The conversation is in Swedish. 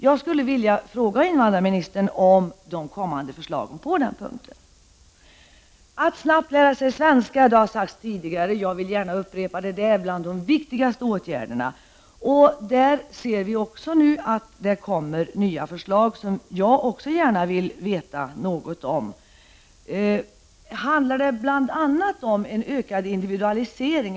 Jag skulle vilja fråga invandrarministern om de kommande förslagen på den punkten. Att se till att flyktingarna snabbt får lära sig svenska är en av de viktigaste åtgärderna. Det har sagts tidigare, men jag vill gärna upprepa det. Det kommer även på det området nya förslag, som jag skulle vilja veta något om. Handlar det bl.a. om en ökad individualisering?